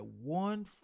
one